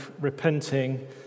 repenting